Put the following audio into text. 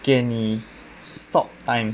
给你 stop time